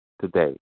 today